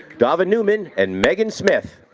dava newman and megan smith.